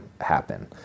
happen